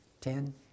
ten